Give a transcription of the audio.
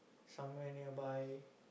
somewhere nearby